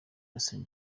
jason